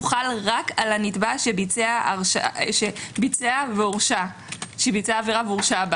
הוא חל רק על הנתבע שביצע עבירה והורשע בה